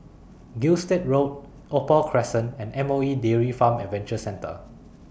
Gilstead Road Opal Crescent and M O E Dairy Farm Adventure Centre